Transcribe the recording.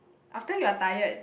after you are tired